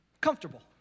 comfortable